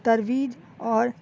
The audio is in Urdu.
ترویج اور